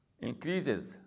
increases